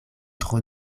tro